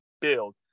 build